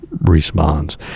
Responds